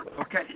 Okay